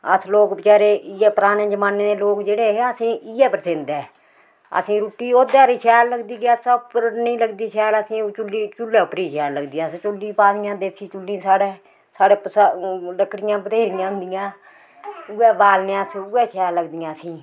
अस लोक बचारे इयै पराने जमाने दे लोक जेह्ड़े हे असेंई इ'यै परसिंद ऐ असें रुट्टी ओह्दै'र ही शैल लगदी गैसा उप्पर नी लगदी शैल असेंई चुल्ली पर चुल्लै पर ही शैल लगदी ही असें चुल्ली पादियां देसी चुल्लीं साढ़ै साढ़ै लक्कडियां बतेरियां होंदियां उ'यै बालने अस उ'यै शैल लगदियां असें